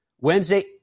Wednesday